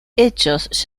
hechos